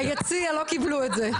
ביציע לא קיבלו את זה.